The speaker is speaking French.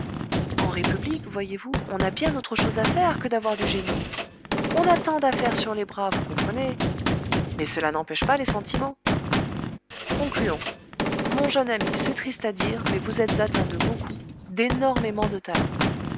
en république voyez-vous on a bien autre chose à faire que d'avoir du génie on a tant d'affaires sur les bras vous comprenez mais cela n'empêche pas les sentiments concluons mon jeune ami c'est triste à dire mais vous êtes atteint de beaucoup d'énormément de talent